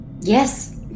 Yes